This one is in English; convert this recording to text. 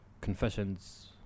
Confessions